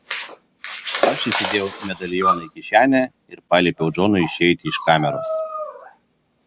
aš įsidėjau medalioną į kišenę ir paliepiau džonui išeiti iš kameros